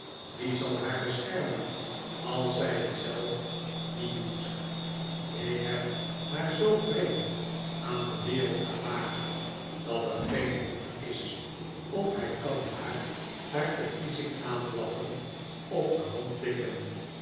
wie zal haar beschermen als zij het zelf niet doet ik heb haar zoo vreemd aan de wereld gemaakt dat er geen hond is of hij kan haar naar verkiezing aanblaffen of de hand likken